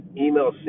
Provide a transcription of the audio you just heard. Email